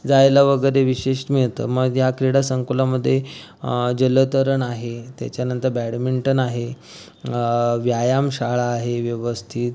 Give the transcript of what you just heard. जायला वगैरे विशेष मिळतं मग या क्रीडा संकुलामध्ये जलतरण आहे त्याच्यानंतर बॅडमिंटन आहे व्यायामशाळा आहे व्यवस्थित